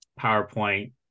PowerPoint